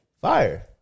Fire